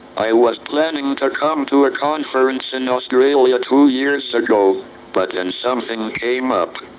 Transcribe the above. i was planning to come to a conference in australia two years ago but then something came up,